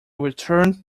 returned